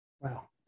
Wow